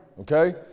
okay